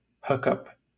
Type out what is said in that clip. hookup